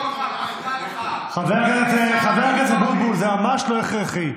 חבר הכנסת אבוטבול, ממש לא מוכרחים.